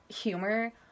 humor